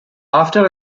after